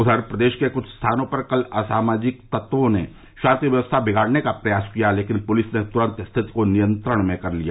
उधर प्रदेश के कुछ स्थानों पर कल असामाजिक तत्वों ने शान्ति व्यवस्था बिगाड़ने का प्रयास किया लेकिन पुलिस ने तुरन्त स्थिति को नियंत्रण में कर लिया